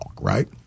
right